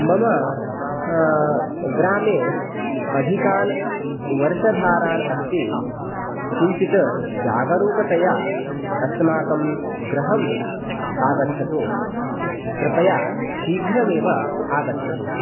मम ग्रामे अधिकान् वर्षधारान् अस्ति किञ्चित् जागरूकतया अस्माकं गृहम् आगच्छतु कृपया शीघ्रमेव आगच्छतु